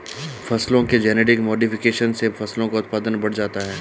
फसलों के genetic modification से फसलों का उत्पादन बढ़ जाता है